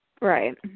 Right